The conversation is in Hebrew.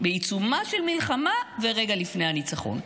בעיצומה של מלחמה ורגע לפני הניצחון.